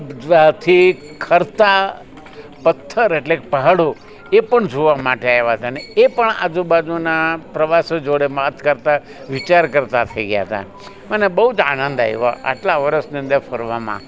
ત્યાંથી ખરતા પથ્થર એટલે કે પહાડો એ પણ જોવા માટે આવ્યા હતા અને એ પણ આજુબાજુના પ્રવાસીઓ જોડે વાત કરતા વિચાર કરતા થઈ ગયા હતા મને બહુ જ આનંદ આવ્યો આટલા વર્ષની અંદર ફરવામાં